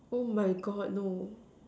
oh my God no